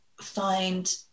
find